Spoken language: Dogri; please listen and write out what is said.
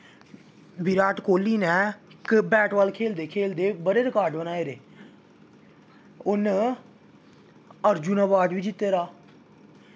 बिराट कोह्ली ने बैट बॉल खेलदे खेलदे बड़े रिकार्ड़ बनाए दे उ'नें अर्जुन अवार्ड़ बी जित्ते दा